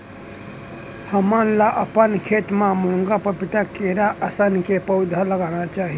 हमन ल अपन खेत म मुनगा, पपीता, केरा असन के पउधा लगाना चाही